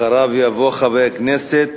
אחריו יבוא חבר הכנסת